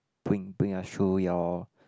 bring bring us through your